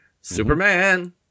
Superman